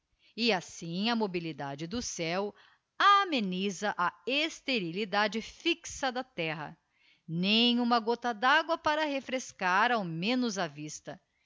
e assim a mobilidade do céo amenisa a esterilidade fixa da terra nem umagotta d'agua para refrescar ao menos a vista